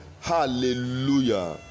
hallelujah